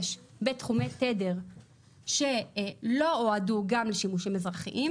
בתחומי תדר שלא יועדו גם לשימושים אזרחיים,